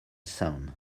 son